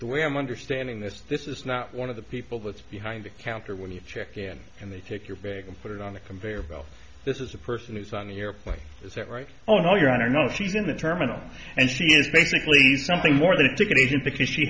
the way i'm understanding this this is not one of the people that's behind the counter when you check in and they take your bag and put it on the conveyor belt this is the person who's on the airplane is that right oh you're on or not she's in the terminal and she is basically something more than a ticket